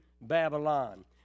Babylon